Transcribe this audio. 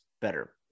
better